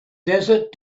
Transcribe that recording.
desert